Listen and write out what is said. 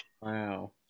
Wow